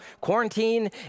Quarantine